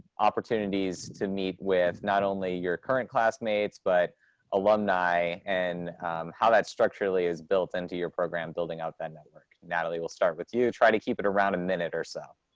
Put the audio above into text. opportunities to meet with not only your current classmates, but alumni and how that structurally is built into your program, building out that network. natalie, we'll start with you, try to keep it around a minute or so.